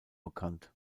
bekannt